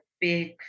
big